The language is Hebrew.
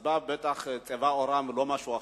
הסיבה היא בטח צבע עורם ולא משהו אחר,